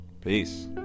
Peace